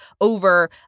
over